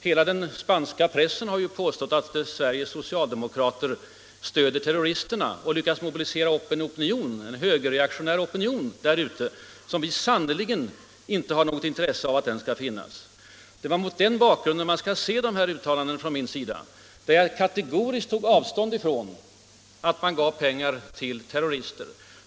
Hela den spanska pressen hade ju påstått att Sveriges socialdemokrater stödde terroristerna och den hade lyckats mobilisera upp en högerreaktionär opinion i Spanien som vi sannerligen inte har något intresse av. Det är mot den bakgrunden man skall se mina uttalanden, i vilka jag kategoriskt tog avstånd från uppgiften att socialdemokraterna gav pengar till terrorister.